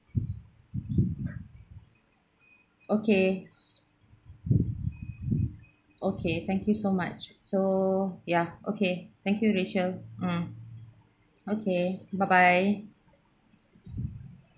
okay s~ okay thank you so much so ya okay thank you rachel mm okay bye bye